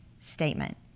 statement